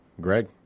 Greg